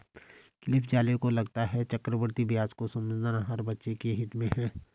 Cliff Zale को लगता है चक्रवृद्धि ब्याज को समझना हर बच्चे के हित में है